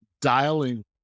dialing